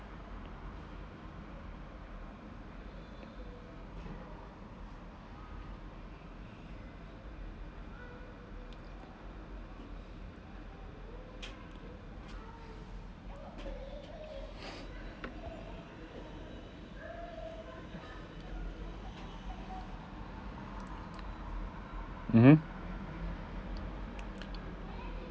mmhmm